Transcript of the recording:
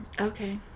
Okay